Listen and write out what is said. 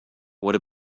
what